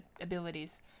abilities